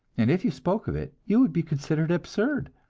and if you spoke of it you would be considered absurd.